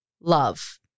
love